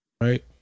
right